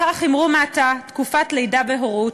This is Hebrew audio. לפיכך אמרו מעתה "'תקופת לידה והורות'",